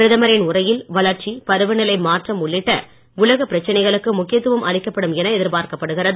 பிரதமரின் உரையில் வளர்ச்சி பருவநிலை மாற்றம் உள்ளிட்ட உலகப் பிரச்சனைகளுக்கு முக்கியத்துவம் அளிக்கப்படும் என எதிர் பார்க்கப்படுகிறது